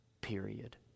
period